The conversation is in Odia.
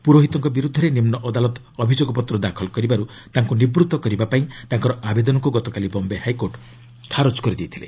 ପୁରୋହିତଙ୍କ ବିରୁଦ୍ଧରେ ନିମ୍ନ ଅଦାଲତ ଅଭିଯୋଗ ପତ୍ର ଦାଖଲ କରିବାରୁ ତାଙ୍କୁ ନିବୃତ୍ତ କରିବାପାଇଁ ତାଙ୍କର ଆବେଦନକୁ ଗତକାଲି ବମ୍ବେ ହାଇକୋର୍ଟ ଖାରଜ କରିଦେଇଥିଲେ